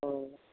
हँ